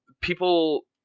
people